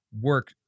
work